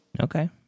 Okay